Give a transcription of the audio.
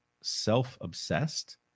self-obsessed